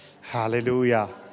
Hallelujah